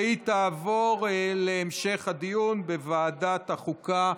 והיא תעבור להמשך הדיון בוועדת החוקה,